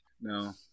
no